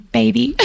baby